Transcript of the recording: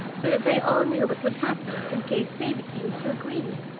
so that they all knew what would happen in case they became too greedy.